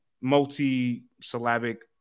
Multi-syllabic